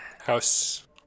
House